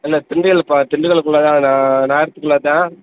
இல்லை திண்டுக்கல்லுப்பா திண்டுக்கல்லுக்குள்ளே தான் நான் நகரத்துக்குள்ளே இருக்கேன்